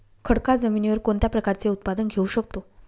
खडकाळ जमिनीवर कोणत्या प्रकारचे उत्पादन घेऊ शकतो?